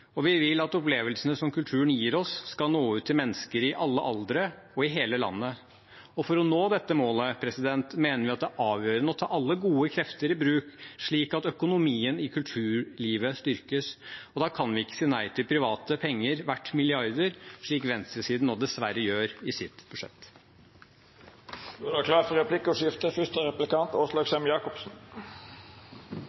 Vi vil at opplevelsene som kulturen gir oss, skal nå ut til mennesker i alle aldere i hele landet. Og for å nå dette målet mener vi at det er avgjørende å ta alle gode krefter i bruk, slik at økonomien i kulturlivet styrkes. Da kan vi ikke si nei til private penger verdt milliarder, slik venstresiden nå dessverre gjør i sitt budsjett.